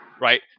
Right